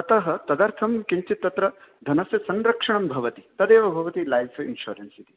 अतः तदर्थं किञ्चित् तत्र धनस्य संरक्षणं भवति तदेव भवति लैफ़् इन्शोरेन्स इति